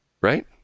Right